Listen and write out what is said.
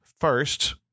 First